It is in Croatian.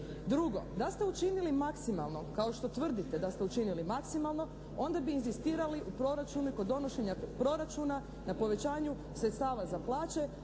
Drugo, da ste učinili maksimalno kao što tvrdite da ste učinili maksimalno onda bi inzistirali kod donošenja proračuna na povećanju sredstava za plaće